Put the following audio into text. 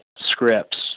scripts